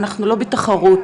והתיאור שלך הוא כאילו